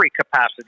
capacity